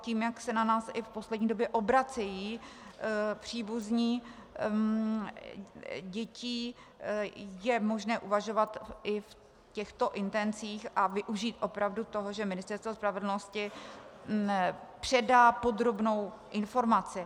Tím, jak se na nás v poslední době obracejí příbuzní dětí, je možné uvažovat i v těchto intencích a využít opravdu toho, že Ministerstvo spravedlnosti předá podrobnou informaci.